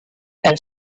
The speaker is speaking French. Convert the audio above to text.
elle